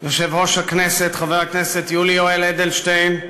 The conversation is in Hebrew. יושב-ראש הכנסת, חבר הכנסת יולי יואל אדלשטיין,